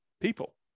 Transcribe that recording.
people